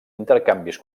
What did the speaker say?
intercanvis